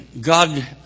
God